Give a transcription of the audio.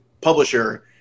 publisher